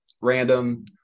random